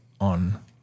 on